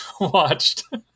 watched